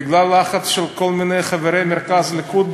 בגלל לחץ של כל מיני חברי מרכז הליכוד,